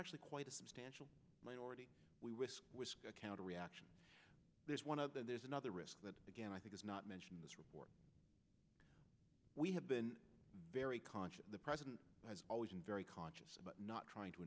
actually quite a substantial minority we risk a counter reaction there's one of them there's another risk again i think is not mentioned this report we have been very conscious the president has always been very conscious about not trying to